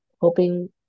hoping